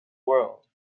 world